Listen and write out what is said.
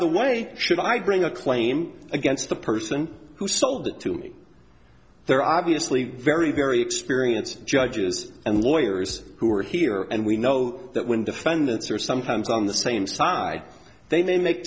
the way should i bring a claim against the person who sold it to me they're obviously very very experienced judges and lawyers who are here and we know that when defendants are sometimes on the same side they may make